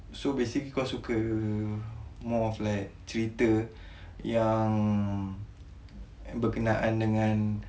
so basically kau suka more of like cerita yang berkenaan dengan